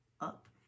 up